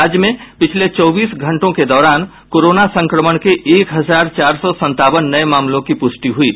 राज्य में पिछले चौबीस घंटों के दौरान कोरोना संक्रमण के एक हजार चार सौ संतावन नये मामलों की पुष्टि हुई है